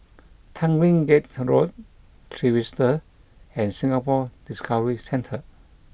Tanglin Gate Road Trevista and Singapore Discovery Centre